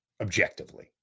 objectively